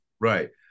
right